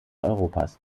europas